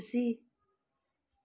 खुसी